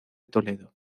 toledo